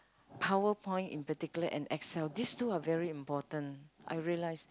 PowerPoint in particular and Excel these two are very important I realised